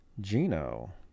Gino